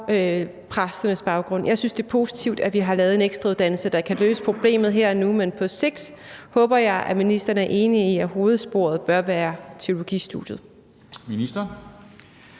præsternes baggrund. Jeg synes, det er positivt, at vi har lavet en ekstra uddannelse, der kan løse problemet her og nu, men på sigt håber jeg, at ministeren er enig i, at hovedsporet bør være teologistudiet.